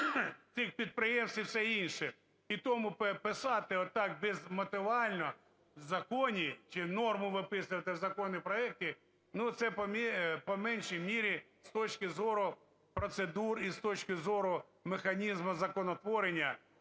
тих підприємств і все інше. І тому писати так безмотивально в законі чи норму виписувати в законопроекті, це по меншій мірі з точки зору процедур і з точки зору механізму законотворення